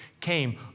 came